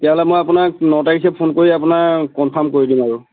তেতিয়াহ'লে মই আপোনাক ন তাৰিখে ফোন কৰি আপোনাক কনফাৰ্ম কৰি দিম বাৰু